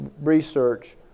research